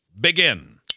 Begin